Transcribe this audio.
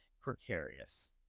precarious